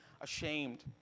ashamed